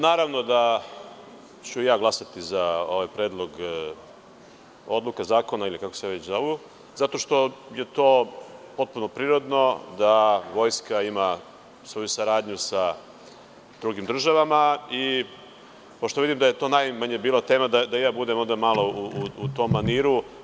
Naravno da ću i ja glasati za ovaj predlog odluka zakona ili kako se već zovu, zato što je to potpuno prirodno da vojska ima svoju saradnju sa drugim državama i pošto vidim da je to najmanje bila tema da i ja budem malo u tom maniru.